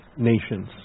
Nations